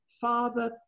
father